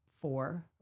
four